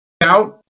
out